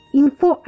info